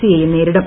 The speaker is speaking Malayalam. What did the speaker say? സി യെയും നേരിടും